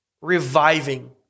reviving